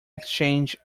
exchange